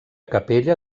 capella